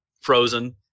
frozen